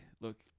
look